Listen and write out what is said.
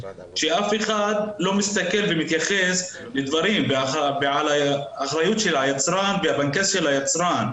שאף אחד לא מסתכל ומתייחס לדברים ועל האחריות של היצרן והפנקס של היצרן,